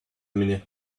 minute